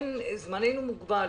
זמננו מוגבל.